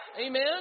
Amen